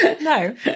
No